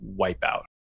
wipeout